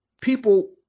people